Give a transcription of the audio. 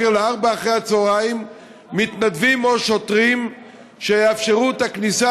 ל-16:00 מתנדבים או שוטרים שיאפשרו את הכניסה,